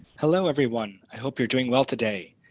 hello everyone. i hope you're doing well today.